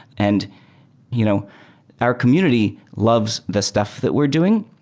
and you know our community loves the stuff that we're doing,